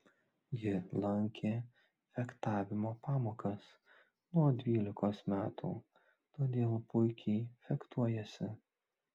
ji lankė fechtavimo pamokas nuo dvylikos metų todėl puikiai fechtuojasi